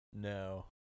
No